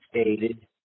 stated